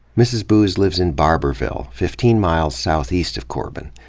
mrs. boose lives in barbourville, fifteen miles southeast of corbin.